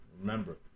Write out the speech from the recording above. remember